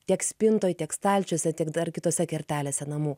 tiek spintoj tiek stalčiuose tiek dar kitose kertelėse namų